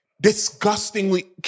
disgustingly